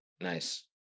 Nice